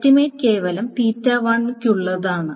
estimate കേവലം യ്ക്കുള്ളതാണ്